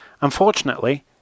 Unfortunately